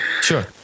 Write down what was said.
Sure